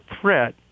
threat